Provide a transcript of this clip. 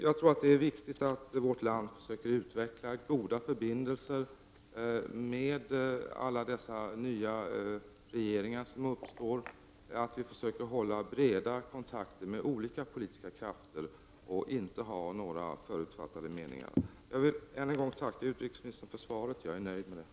Jag tror att det är viktigt att vårt land försöker utveckla goda förbindelser med alla dessa nya regeringar som uppstår och att vi försöker hålla breda kontakter med olika politiska krafter och inte har några förutfattade meningar. Jag vill än en gång tacka utrikesministern för svaret. Jag är nöjd med det.